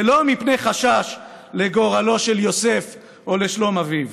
ולא מפני חשש לגורלו של יוסף או לשלום אביו.